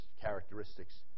characteristics